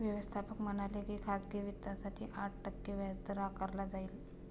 व्यवस्थापक म्हणाले की खाजगी वित्तासाठी आठ टक्के व्याजदर आकारला जाईल